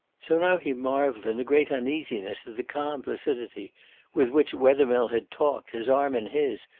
so now he marvelled in a great uneasiness at the calm placidity with which wethermill had talked, his arm in his,